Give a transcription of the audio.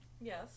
Yes